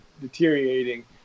deteriorating